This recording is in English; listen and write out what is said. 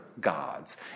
gods